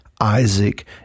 Isaac